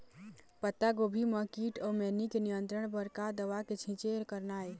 पत्तागोभी म कीट अऊ मैनी के नियंत्रण बर का दवा के छींचे करना ये?